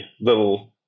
little